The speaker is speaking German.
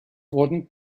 wurden